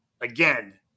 Again